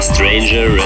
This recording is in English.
Stranger